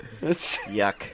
Yuck